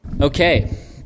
Okay